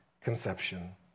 conception